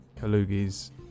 Kalugi's